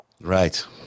Right